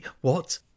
what